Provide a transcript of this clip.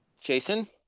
Jason